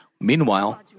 Meanwhile